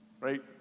right